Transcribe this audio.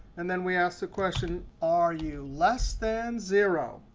and then we ask the question, are you less than zero?